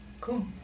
Cool